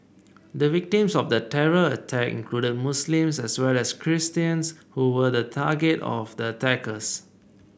the victims of the terror attack included Muslims as well as Christians who were the target of the attackers